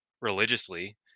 religiously